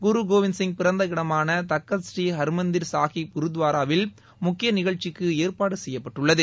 குருகோவிந்த் சிங் பிறந்த இடமான தக்கத் ஸ்ரீ ஹாமந்திா் சாஹிப் குருதுவாராவில் முக்கிய நிகழ்ச்சிக்கு ஏற்பாடு செய்யப்பட்டுள்ளது